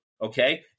Okay